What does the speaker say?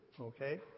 okay